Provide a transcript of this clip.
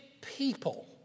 people